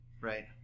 Right